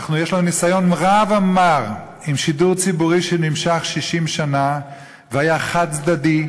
יש לנו ניסיון רע ומר עם שידור ציבורי שנמשך 60 שנה והיה חד-צדדי,